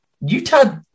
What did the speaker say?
Utah